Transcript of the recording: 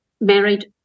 married